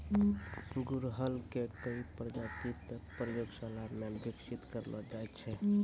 गुड़हल के कई प्रजाति तॅ प्रयोगशाला मॅ विकसित करलो गेलो छै